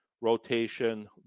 rotation